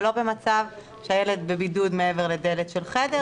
ולא במצב שהילד בבידוד מעבר לדלת של חדר,